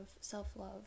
self-love